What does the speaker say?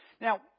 Now